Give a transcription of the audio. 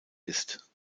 ist